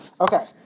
Okay